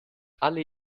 alle